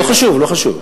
לא חשוב, לא חשוב.